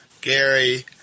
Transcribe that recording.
Gary